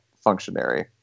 Functionary